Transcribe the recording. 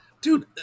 Dude